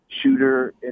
shooter